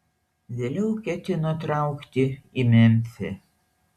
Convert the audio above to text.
vėliau ketino traukti į memfį